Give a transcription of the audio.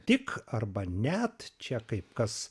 tik arba net čia kaip kas